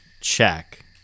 check